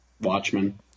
Watchmen